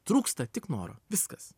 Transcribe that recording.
trūksta tik noro viskas